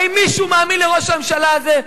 האם מישהו מאמין לראש הממשלה הזה,